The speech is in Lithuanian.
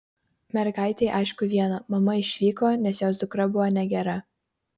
mergaitei aišku viena mama išvyko nes jos dukra buvo negera